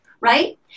right